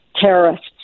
terrorists